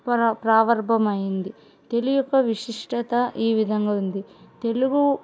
ప్రవర్భమైంది తెలుగు యొక్క విశిష్టత ఈ విధంగా ఉంది తెలుగు